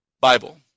Bible